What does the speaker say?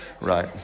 right